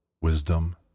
Wisdom